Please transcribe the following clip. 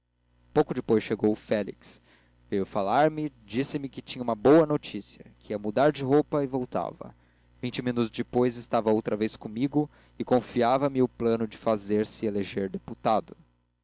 pouco depois chegou o félix veio falar-me disse-me que tinha uma boa notícia que ia mudar de roupa e voltava vinte minutos depois estava outra vez comigo e confiava me o plano de fazer-se eleger deputado